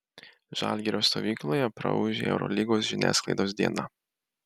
žalgirio stovykloje praūžė eurolygos žiniasklaidos diena